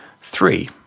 Three